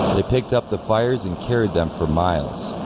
they picked up the fires and carried them for miles